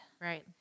Right